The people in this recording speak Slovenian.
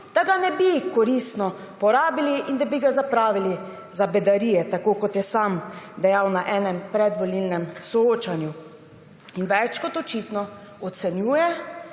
da ga ne bi koristno porabili in da bi ga zapravili za bedarije, tako kot je sam dejal na enem predvolilnem soočenju. In več kot očitno ocenjuje,